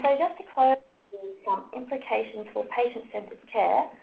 justified some implications for patient-centered care.